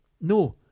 no